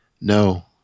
No